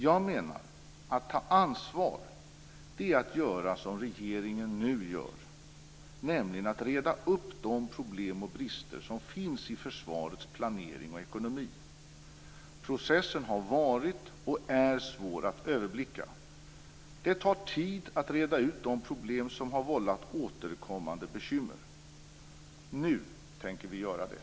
Jag menar att ta ansvar, det är att göra som regeringen nu gör, nämligen att reda upp de problem och brister som finns i försvarets planering och ekonomi. Processen har varit och är svår att överblicka. Det tar tid att reda ut de problem som har vållat återkommande bekymmer. Nu tänker vi göra det.